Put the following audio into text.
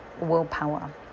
willpower